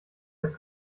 als